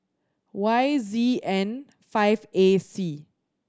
Y Z N five A C